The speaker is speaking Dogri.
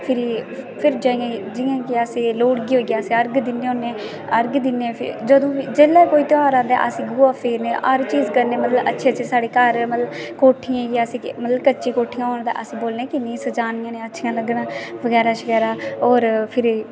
फिरी फिर जियां कि अस एह् लोहड़ी होई गेआ अस अर्ग दिन्ने होन्ने अर्ग दिन्ने फ्ही जंदू बी जेल्लै कोई त्यहार आंदा अस गोहा फेरने हर चीज करने मतलब अच्छे अच्छे साढ़े घर मतलब कोठियें गी अस कि मतलब कच्चे कोठियां ते हून ते अस बोलने कि नेईंं सजानियां ऐ अच्छियां लग्गन बगैरा शगैरा होर फिरी